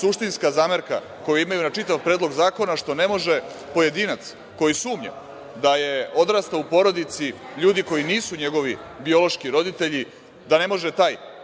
suštinska zamerka koju imaju na čitav Predlog zakona što ne može pojedinac, koji sumnja da je odrastao u porodici ljudi koji nisu njegovi biološki roditelji, da inicira